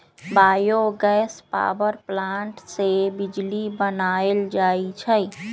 bio gas power plant से बिजली बनाएल जाइ छइ